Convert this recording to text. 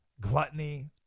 Gluttony